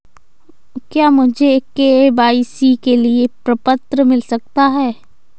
क्या मुझे के.वाई.सी के लिए प्रपत्र मिल सकता है?